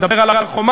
אני מדבר על הר-חומה.